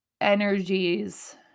energies